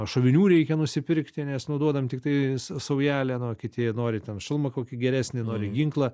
šovinių reikia nusipirkti nes nu dodam tiktai saujelę na o kiti nori ten šalmą kokį geresnį nori ginklą